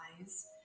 eyes